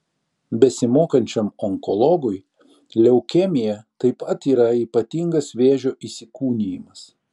besimokančiam onkologui leukemija taip pat yra ypatingas vėžio įsikūnijimas